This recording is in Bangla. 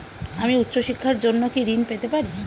আমি উচ্চশিক্ষার জন্য কি ঋণ পেতে পারি?